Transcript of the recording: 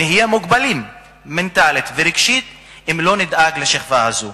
נהיה מוגבלים מנטלית ורגשית אם לא נדאג לשכבה הזאת.